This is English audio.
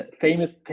famous